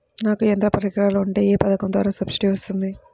నాకు యంత్ర పరికరాలు ఉంటే ఏ పథకం ద్వారా సబ్సిడీ వస్తుంది?